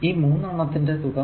ഈ മൂന്നെണ്ണത്തിന്റെ തുക